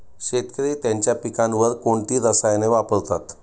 शेतकरी त्यांच्या पिकांवर कोणती रसायने वापरतात?